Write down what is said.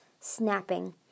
snapping